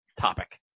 topic